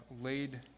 laid